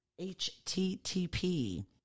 http